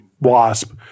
Wasp